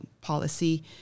policy